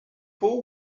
fool